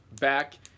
back